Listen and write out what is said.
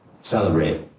Celebrate